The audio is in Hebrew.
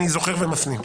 אני זוכר ומפנים.